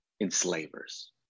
enslavers